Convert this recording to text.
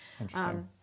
Interesting